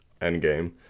endgame